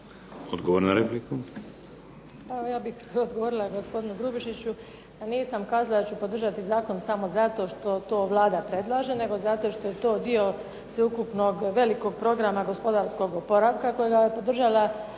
Evo ja bih odgovorila gospodinu Grubišiću. Nisam kazala da ću podržati zakon samo zato što to Vlada predlaže nego što je to dio sveukupnog velikog programa gospodarskog oporavka kojega je podržala